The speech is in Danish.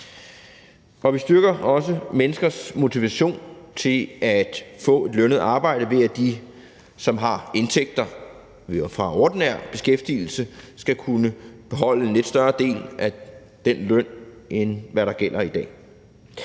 Vi styrker også menneskers motivation til at få lønnet arbejde, ved at de, som har indtægter fra ordinær beskæftigelse, skal kunne beholde en lidt større del af den løn, end hvad der gælder i dag.